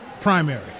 primary